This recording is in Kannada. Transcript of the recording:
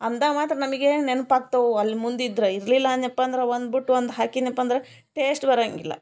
ಅಂದಾಗ ಮಾತ್ರ ನಮಗೆ ನೆನಪಾಗ್ತವು ಅಲ್ಲಿ ಮುಂದಿದ್ರೆ ಇರಲಿಲ್ಲ ಅಂದ್ನಪ್ಪ ಅಂದ್ರೆ ಒಂದು ಬಿಟ್ ಒಂದು ಹಾಕಿದ್ನಪ್ಪ ಅಂದ್ರೆ ಟೇಸ್ಟ್ ಬರೊಂಗಿಲ್ಲ